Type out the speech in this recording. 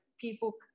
people